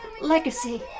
legacy